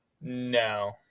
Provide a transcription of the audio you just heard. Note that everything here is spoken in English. No